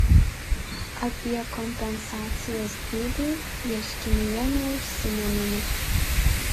apie kompensacijos dydį ieškinyje neužsimenama